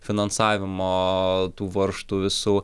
finansavimo tų varžtų visų